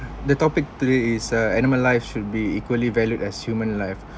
the topic three is uh animal live should be equally valued as human live